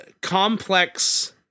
complex